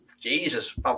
Jesus